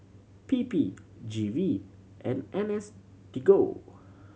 P P G V and N S D go